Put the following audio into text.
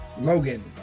Logan